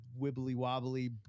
wibbly-wobbly